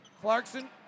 Clarkson